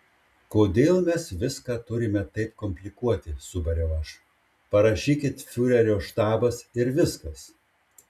kodėl mes viską turime taip komplikuoti subariau aš parašykit fiurerio štabas ir viskas